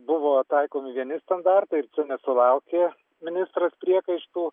buvo taikomi vieni standartai ir čia nesulaukė ministras priekaištų